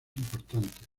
importantes